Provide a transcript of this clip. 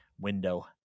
window